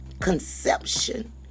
conception